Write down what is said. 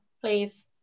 please